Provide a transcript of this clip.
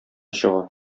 чыга